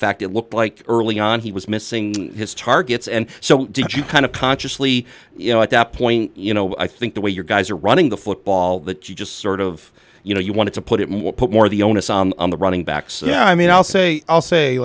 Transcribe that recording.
fact it looked like early on he was missing his targets and so did you kind of consciously you know at that point you know i think the way your guys are running the football that you just sort of you know you want to put it more put more of the onus on the running backs yeah i mean i'll say i'll say